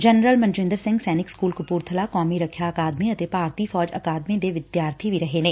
general Manjinder Singh Sainik school Kapurthala ਕੌਮੀ ਰੱਖਿਆ ਅਕਾਦਮੀ ਅਤੇ ਭਾਰਤੀ ਫੌਜ ਅਕਾਦਮੀ ਦੇ ਵਿਦਿਆਰਥੀ ਵੀ ਰਹੇ ਨੇ